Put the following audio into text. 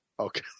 Okay